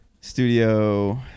Studio